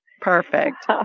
Perfect